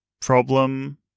problem